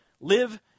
Live